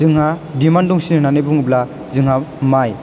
जोंहा दिमान्ड दंसिनो होननानै बुङोब्ला जोंनाव माइ